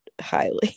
highly